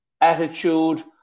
attitude